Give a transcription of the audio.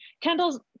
Kendall's